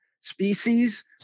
species